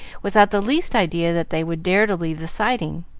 without the least idea that they would dare to leave the siding.